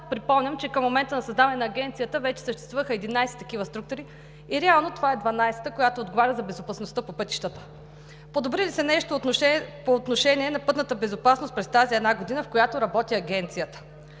припомням, че към момента на създаване на Агенцията вече съществуваха 11 такива структури, реално това е 12-тата, която отговаря за безопасността по пътищата. Подобри ли се нещо по отношение на пътната безопасност през тази една година, в която работи Агенцията?